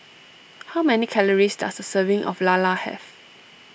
how many calories does a serving of Lala have